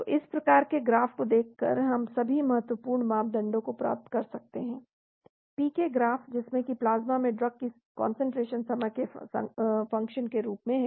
तो इस प्रकार के ग्राफ को देखकर हम सभी महत्वपूर्ण मापदंडों को प्राप्त कर सकते हैं PK ग्राफ जिसमें की प्लाज्मा में ड्रग की कंसंट्रेशन समय के फंक्शन के रूप में है